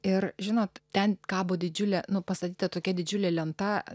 ir žinot ten kabo didžiulė nuo pastatyta tokia didžiulė lenta